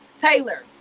Taylor